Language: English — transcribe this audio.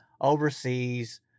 overseas